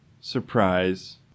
surprise